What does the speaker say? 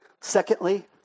Secondly